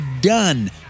done